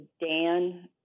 Dan